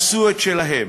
עשו את שלהן,